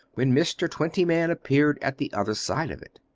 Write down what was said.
when mr. twentyman appeared at the other side of it.